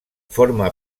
forma